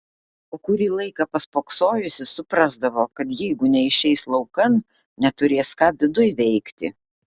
o kurį laiką paspoksojusi suprasdavo kad jeigu neišeis laukan neturės ką viduj veikti